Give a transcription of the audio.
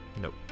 Nope